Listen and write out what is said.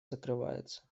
закрывается